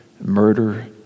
murder